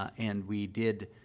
and we did,